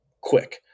quick